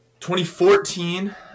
2014